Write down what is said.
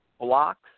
blocks